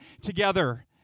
together